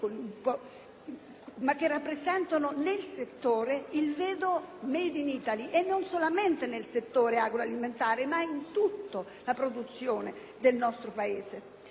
però rappresentano nel settore il vero *made in Italy*; non solamente nel settore agroalimentare, ma in tutta la produzione del nostro Paese.